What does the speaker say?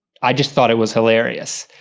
i just thought it was hilarious.